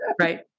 Right